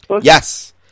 Yes